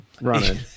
running